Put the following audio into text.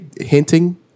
hinting